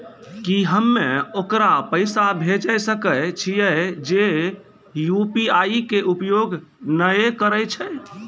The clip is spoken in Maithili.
की हम्मय ओकरा पैसा भेजै सकय छियै जे यु.पी.आई के उपयोग नए करे छै?